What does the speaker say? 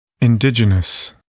Indigenous